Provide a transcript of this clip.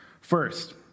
First